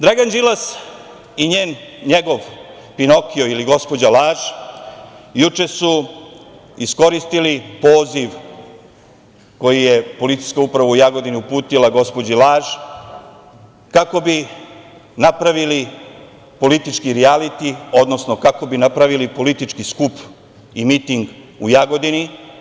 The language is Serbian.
Dragan Đilas i njegov pinokio ili gospođa Laž, juče su iskoristili poziv koji je policijskoj upravi u Jagodini uputila gospođi Laž, kako bi napravili politički rijaliti, odnosno kako bi napravili politički skup i miting u Jagodini.